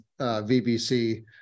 VBC